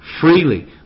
freely